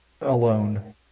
alone